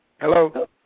Hello